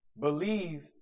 believe